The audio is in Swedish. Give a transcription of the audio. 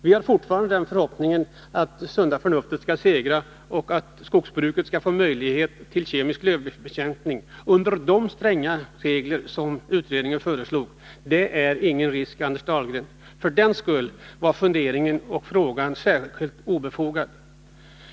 Vi hyser fortfarande förhoppningen att sunda förnuftet skall segra och att skogsbruket skall få möjlighet till kemisk lövslybekämpning, enligt de stränga regler som utredningen föreslog. De innebär ingen risk, Anders Dahlgren! Av det skälet var frågan särskilt obefogad.